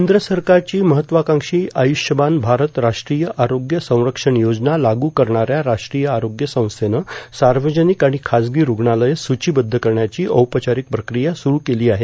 केंद्र सरकारची महत्वकांक्षी आय्रष्यमान भारत राष्ट्रीय आरोग्य संरक्षण योजना लाग्र करणाऱ्या राष्ट्रीय आरोग्य संस्थेनं सार्वजनिक आणि खाजगी रूग्णालयं स्रचिबद्ध करण्याची औपचारिक प्रक्रिया सुरू केली आहे